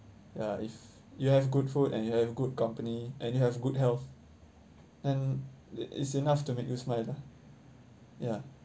ya if you have good food and you have good company and you have good health then it is enough to make you smile lah ya